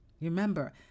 Remember